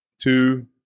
two